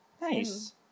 Nice